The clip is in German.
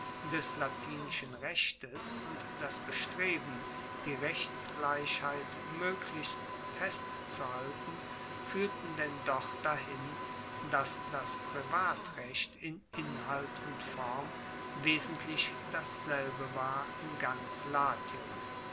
des latinischen rechtes und das bestreben die rechtsgleichheit moeglichst festzuhalten fuehrten denn doch dahin dass das privatrecht in inhalt und form wesentlich dasselbe war in ganz latium